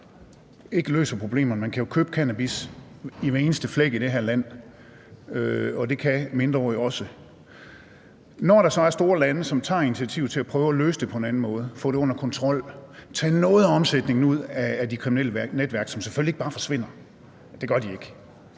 ikke løser problemerne – man kan jo købe cannabis i hver eneste flække i det her land, og det kan mindreårige også. Når der så er store lande, der tager initiativet til at prøve at løse det på en anden måde, få det under kontrol, tage noget af omsætningen ud af de kriminelle netværk, som selvfølgelig ikke bare forsvinder – det gør de ikke;